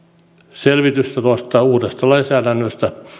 selvitystä tuosta uudesta lainsäädännöstä